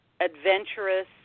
adventurous